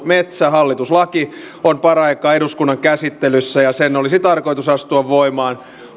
metsähallitus laki on paraikaa eduskunnan käsittelyssä ja sen olisi tarkoitus astua voimaan